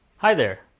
hi there.